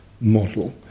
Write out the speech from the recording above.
model